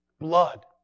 blood